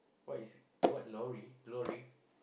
what is what lorry lorry